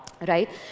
right